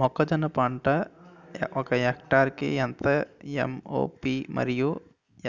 మొక్కజొన్న పంట ఒక హెక్టార్ కి ఎంత ఎం.ఓ.పి మరియు